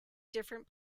different